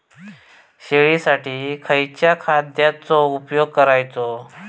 शेळीसाठी खयच्या खाद्यांचो उपयोग करायचो?